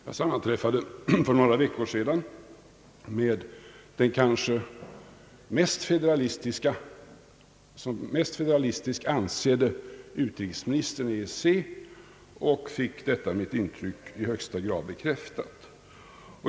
Jag sammanträffade för några veckor sedan med den kanske såsom mest federalistisk ansedde utrikesministern i EEC och fick detta intryck i högsta grad bekräftat.